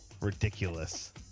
Ridiculous